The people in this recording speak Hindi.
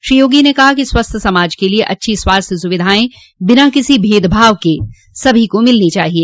श्री योगी ने कहा कि स्वस्थ समाज के लिए अच्छी स्वास्थ्य सुविधाएं बिना किसी भेदभाव के सभी को मिलनी चाहिए